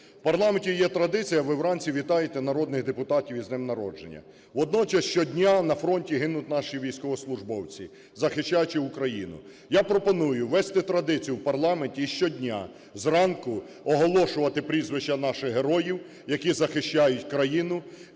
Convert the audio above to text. В парламенті є традиція: ви вранці вітаєте народних депутатів із днем народження. Водночас щодня гинуть на фронті наші військовослужбовці, захищаючи Україну. Я пропоную ввести традицію в парламенті і щодня зранку оголошувати прізвища наших героїв, які захищають країну,